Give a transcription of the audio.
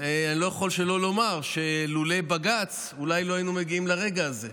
אני לא יכול שלא לומר שלולא בג"ץ אולי לא היינו מגיעים לרגע הזה,